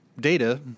data